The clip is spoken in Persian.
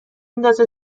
ندازه